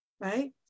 right